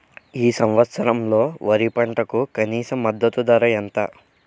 ఈ సంవత్సరంలో వరి పంటకు కనీస మద్దతు ధర ఎంత?